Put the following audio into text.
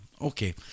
Okay